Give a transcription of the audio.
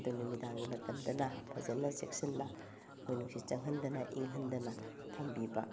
ꯑꯗ ꯅꯨꯃꯤꯗꯥꯡꯒꯤ ꯃꯇꯝꯗꯅ ꯐꯖꯅ ꯆꯦꯛꯁꯤꯟꯅ ꯑꯩꯈꯣꯏ ꯅꯨꯡꯁꯤꯠ ꯆꯪꯍꯟꯗꯅ ꯏꯪꯍꯟꯗꯅ ꯊꯝꯕꯤꯕ